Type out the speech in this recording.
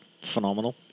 phenomenal